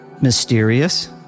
mysterious